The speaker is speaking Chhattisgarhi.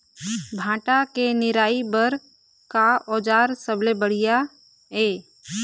भांटा के निराई बर का औजार सबले बढ़िया ये?